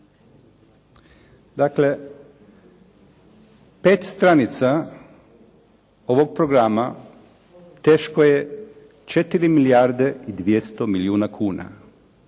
Dakle, 5 stranica ovog programa teško je 4 milijarde i 200 milijuna kuna.